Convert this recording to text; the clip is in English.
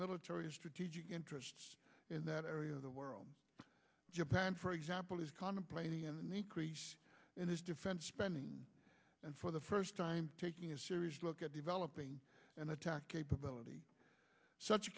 military strategic interests in that area of the world japan for example is contemplating in the increase in his defense spending and for the first time taking a serious look at developing an attack capability such